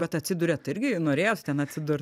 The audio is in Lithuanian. bet atsiduriat irgi norėjot ten atsidur